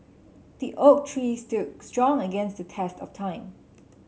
the oak tree stood strong against the test of time